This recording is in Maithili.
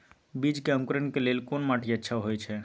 बीज के अंकुरण के लेल कोन माटी अच्छा होय छै?